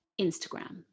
Instagram